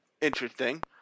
interesting